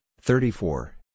thirty-four